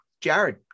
Jared